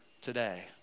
today